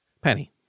Penny